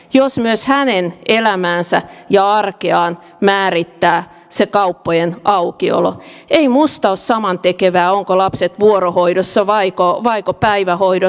jos myös hänen elämäänsä ja arkeaan määrittää se kauppojen aukiolo ei minusta ole samantekevää ovatko lapset vuorohoidossa vaiko päivähoidossa